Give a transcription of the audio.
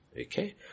Okay